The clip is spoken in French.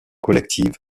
collectives